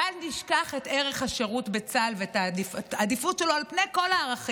בל נשכח את ערך השירות בצה"ל ואת העדיפות שלו על פני כל הערכים,